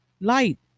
light